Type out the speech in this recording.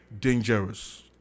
dangerous